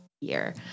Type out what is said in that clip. year